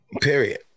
period